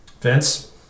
Vince